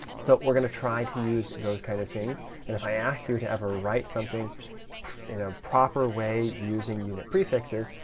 so we're going to try to use those kind of things, and if i ask you to ever write something in a proper way using unit prefixes,